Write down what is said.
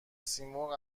سیمرغ